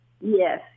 Yes